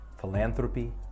philanthropy